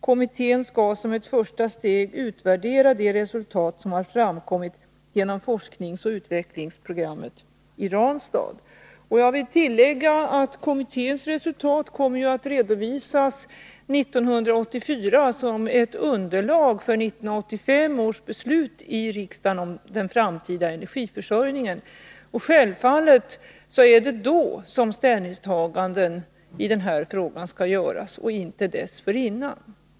Kommittén skall som ett första steg utvärdera de resultat som har framkommit genom forskningsoch utvecklingsprogrammet i Ranstad.” Jag vill tillägga att kommitténs resultat kommer att redovisas 1984 som ett underlag för 1985 års beslut i riksdagen om den framtida energiförsörjningen. Självfallet är det då som ställningstaganden i den här frågan skall göras och inte dessförinnan.